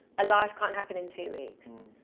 a life can't happen in two weeks.